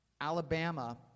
Alabama